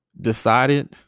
decided